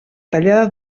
tallada